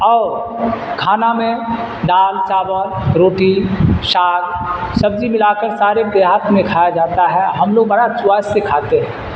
اور کھانا میں دال چاول روٹی ساگ سبزی ملا کر سارے دیہات میں کھایا جاتا ہے ہم لوگ بڑا چوس سے کھاتے ہیں